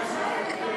נתקבל.